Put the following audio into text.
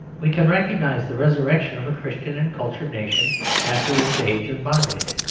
we can recognise the resurrection of a christian and cultured nation after its age of bondage.